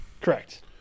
Correct